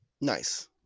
Nice